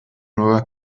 nueva